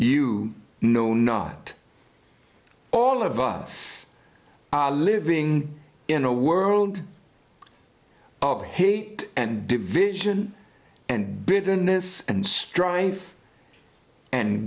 you know not all of us are living in a world of hate and division and bitterness and strife and